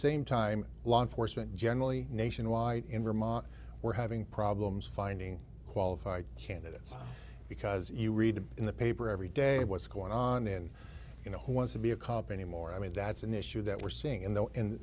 same time law enforcement generally nationwide in vermont we're having problems finding qualified candidates because you read in the paper every day what's going on in you know who wants to be a cop anymore i mean that's an issue that we're seeing in the